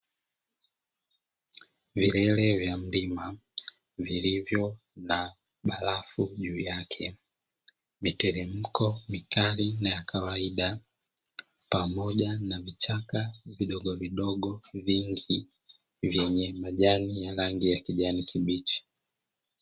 Vilele vya mlima vilivyo na barafu juu yake, miteremko mkali na kawaida pamoja na vichaka vidogovidogo vingi vyenye majani ya rangi ya kijani kibichi.